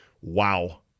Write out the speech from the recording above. Wow